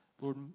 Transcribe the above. Lord